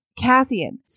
Cassian